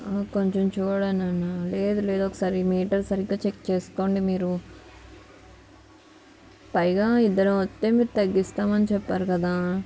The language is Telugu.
కొంచెం చూడండి అన్నా లేదు లేదు ఒకసారి మీటర్ సరిగ్గా చెక్ చేసుకోండి మీరు పైగా ఇద్దరం వస్తే మీరు తగ్గిస్తామని చెప్పారు కదా